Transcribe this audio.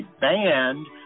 banned